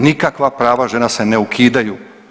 Nikakva prava žena se ne ukidaju.